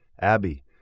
Abby